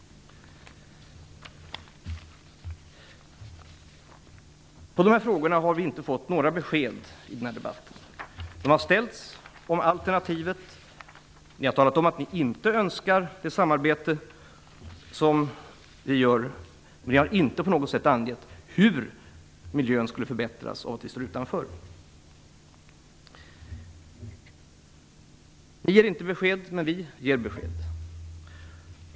I dessa frågor har vi inte fått några besked i debatten. Frågor har ställts om alternativet, och ni har talat om att ni inte önskar det samarbete som vi vill ha. Men ni har inte på något sätt angett hur miljön skulle förbättras av att vi står utanför. Ni ger inte besked, men det gör vi.